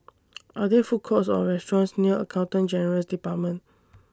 Are There Food Courts Or restaurants near Accountant General's department